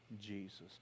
Jesus